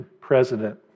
president